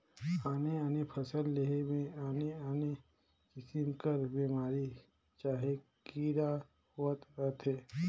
आने आने फसिल लेहे में आने आने किसिम कर बेमारी चहे कीरा होवत रहथें